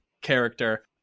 character